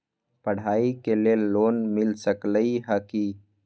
पढाई के लेल लोन मिल सकलई ह की?